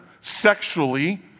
sexually